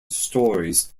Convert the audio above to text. stories